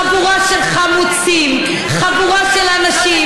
הצעת החוק חוזרת לוועדת הכלכלה להמשך דיון.